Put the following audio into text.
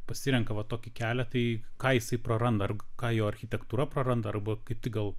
pasirenka va tokį kelią tai ką jisai praranda ar ką jo architektūra praranda arba kaip tik gal